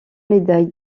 médailles